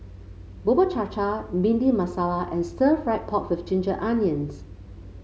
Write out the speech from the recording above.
Bubur Cha Cha Bhindi Masala and stir fry pork with Ginger Onions